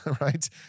right